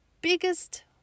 biggest